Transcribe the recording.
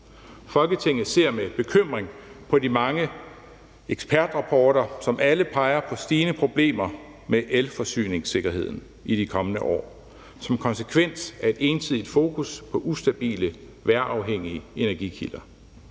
Folketinget ser med bekymring på de mange ekspertrapporter, som alle peger på stigende problemer med elforsyningssikkerheden i de kommende år som konsekvens af et ensidigt fokus på ustabile vejrafhængige energikilder.